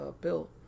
bill